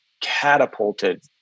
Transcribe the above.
catapulted